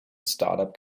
startup